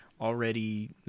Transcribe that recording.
already